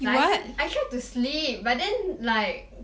like I tried to sleep but then like